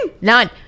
none